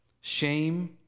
shame